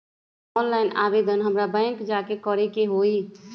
Online आवेदन हमरा bank जाके करे के होई?